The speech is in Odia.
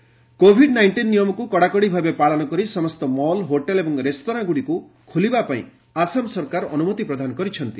ଆସାମ ଗଭ୍ ମଲ୍ସ୍ କୋଭିଡ୍ ନାଇଷ୍ଟିନ୍ ନିୟମକୁ କଡ଼ାକଡ଼ି ଭାବେ ପାଳନ କରି ସମସ୍ତ ମଲ୍ ହୋଟେଲ୍ ଏବଂ ରେସ୍ତୋରାଁଗୁଡ଼ିକ ଖୋଲିବାପାଇଁ ଆସାମ ସରକାର ଅନୁମତି ପ୍ରଦାନ କରିଛନ୍ତି